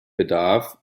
bedarf